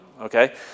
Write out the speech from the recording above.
Okay